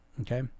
okay